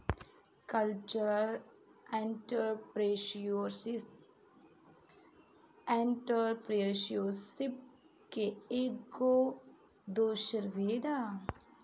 cultural entrepreneurship entrepreneurship के एगो दोसर भेद ह